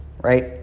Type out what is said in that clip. right